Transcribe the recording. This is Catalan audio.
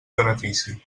benefici